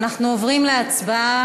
אנחנו עוברים להצבעה.